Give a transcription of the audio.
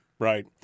Right